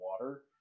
water